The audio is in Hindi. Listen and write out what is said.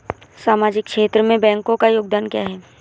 सामाजिक क्षेत्र में बैंकों का योगदान क्या है?